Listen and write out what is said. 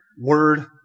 word